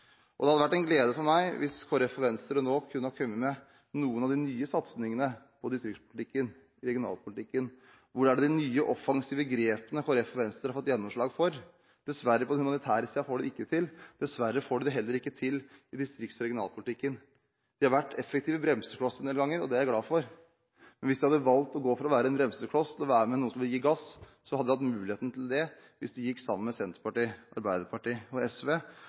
Det hadde vært en glede for meg hvis Kristelig Folkeparti og Venstre nå kunne ha vist noen av de nye satsingene på distriktspolitikken og regionalpolitikken. Hvor er de nye, offensive grepene som Kristelig Folkeparti og Venstre har fått gjennomslag for? På den humanitære siden får de det dessverre ikke til. Dessverre får de det heller ikke til i distrikts- og regionalpolitikken. De har vært effektive bremseklosser en del ganger, og det er jeg glad for, men hvis de hadde valgt å gå fra å være en bremsekloss til å være med noen som vil gi gass, hadde de hadde muligheten til det ved å gå sammen med Senterpartiet, Arbeiderpartiet og SV